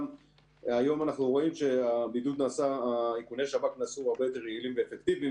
גם היום אנחנו רואים שאיכוני השב"כ נעשו הרבה יותר יעילים ואפקטיביים,